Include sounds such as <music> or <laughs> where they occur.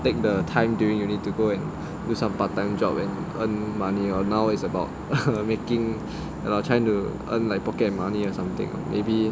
take the time during you need to go and do some part time job and earn money or now is about <laughs> making and um trying to earn like pocket money or something maybe